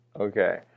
Okay